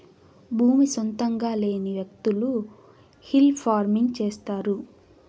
భూమి సొంతంగా లేని వ్యకులు హిల్ ఫార్మింగ్ చేస్తారు